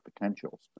potentials